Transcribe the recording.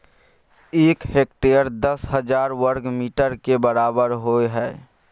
एक हेक्टेयर दस हजार वर्ग मीटर के बराबर होय हय